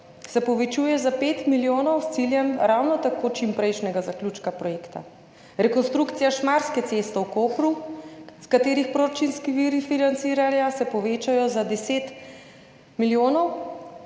se povečuje za pet milijonov s ciljem ravno tako čimprejšnjega zaključka projekta, rekonstrukcija Šmarske ceste v Kopru, katere proračunski viri financiranja se povečajo za 10 milijonov